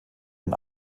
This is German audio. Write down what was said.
den